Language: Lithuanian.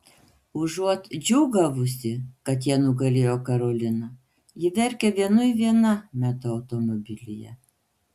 užuot džiūgavusi kad jie nugalėjo karoliną ji verkia vienui viena meto automobilyje